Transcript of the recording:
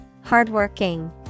Hardworking